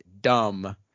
dumb